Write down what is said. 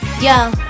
yo